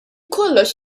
kollox